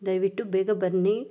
ದಯವಿಟ್ಟು ಬೇಗ ಬನ್ನಿ